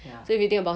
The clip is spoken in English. ya